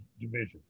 division